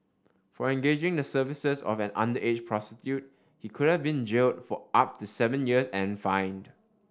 for engaging the services of an underage prostitute he could have been jailed for up to seven years and fined